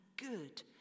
good